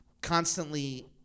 constantly